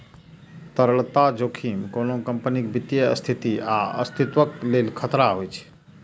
तरलता जोखिम कोनो कंपनीक वित्तीय स्थिति या अस्तित्वक लेल खतरा होइ छै